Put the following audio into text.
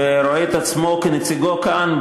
ורואה את עצמו כנציגו כאן,